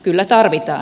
kyllä tarvitaan